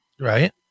Right